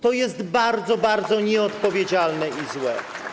To jest bardzo, bardzo nieodpowiedzialne i złe.